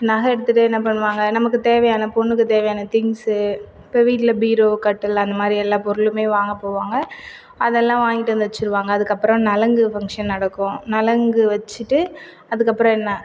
நகை எடுத்துட்டு என்ன பண்ணுவாங்கள் நமக்கு தேவையான பொண்ணுக்கு தேவையான திங்க்ஸு இப்போ வீட்டில் பீரோ கட்டில் அந்த மாதிரி எல்லா பொருளுமே வாங்க போவாங்கள் அதெல்லாம் வாங்கிட்டு வந்து வச்சிருவாங்க அதுக்கப்புறோ நலங்கு ஃபங்க்ஷன் நடக்கும் நலங்கு வச்சுட்டு அதுக்கப்புறோ என்ன